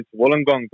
Wollongong